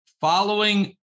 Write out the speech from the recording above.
following